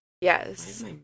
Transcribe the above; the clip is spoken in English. Yes